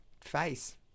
face